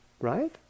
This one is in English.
Right